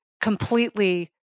completely